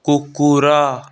କୁକୁର